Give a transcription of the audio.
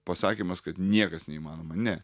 pasakymas kad niekas neįmanoma ne